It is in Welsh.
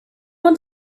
ond